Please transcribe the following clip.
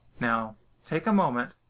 now, take a moment.